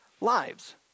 lives